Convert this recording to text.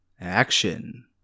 Action